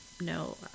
no